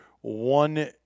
one